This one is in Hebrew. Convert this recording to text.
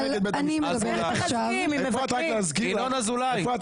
ינון אזולאי, בבקשה לא להפריע.